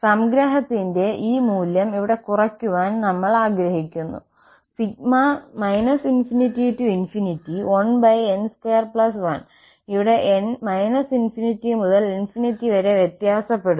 സംഗ്രഹത്തിന്റെ ഈ മൂല്യം ഇവിടെ കുറയ്ക്കുവാൻ നമ്മൾ ആഗ്രഹിക്കുന്നു ∞1n21 ഇവിടെ n −∞ മുതൽ ∞ വരെ വ്യത്യാസപ്പെടുന്നു